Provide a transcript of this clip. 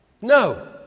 No